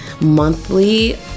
monthly